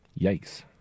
Yikes